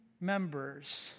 members